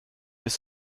ist